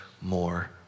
more